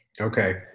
Okay